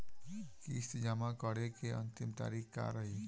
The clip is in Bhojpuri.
किस्त जमा करे के अंतिम तारीख का रही?